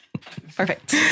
perfect